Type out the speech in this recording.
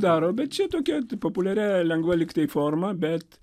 daro bet čia tokia populiaria lengva lygtai forma bet